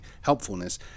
helpfulness